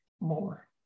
more